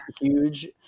huge